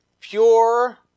pure